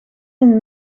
een